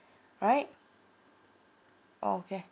right okay